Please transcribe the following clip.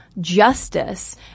justice